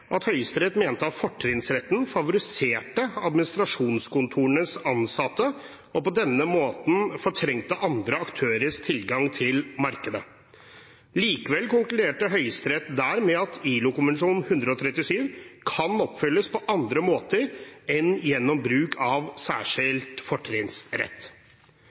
at Høyesterett mente at fortrinnsretten favoriserte administrasjonskontorenes ansatte, og på denne måten fortrengte andre aktørers tilgang til markedet. Likevel konkluderte Høyesterett der med at ILO-konvensjon 137 kan oppfylles på andre måter enn gjennom bruk av særskilt fortrinnsrett.